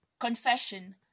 Confession